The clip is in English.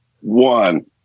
one